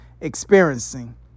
experiencing